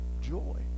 joy